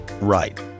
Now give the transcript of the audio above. right